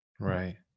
Right